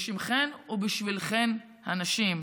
בשמכן ובשבילכן, הנשים.